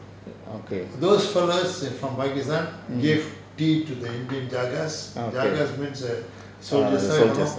okay soldiers mm